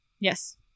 Yes